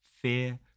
Fear